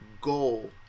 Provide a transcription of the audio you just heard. goal